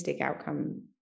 outcome